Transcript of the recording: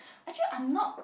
actually I'm not